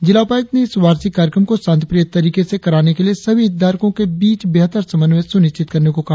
जिला उपायुक्त ने इस वार्षिक कार्यक्रम को शांति प्रिय तरीके से कराने के लिए सभी हितधारको के बीच बेहतर समन्वय शुनिश्चित करने को कहा